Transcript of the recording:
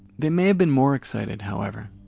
they may have been more excited however,